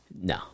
No